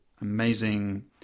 amazing